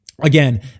Again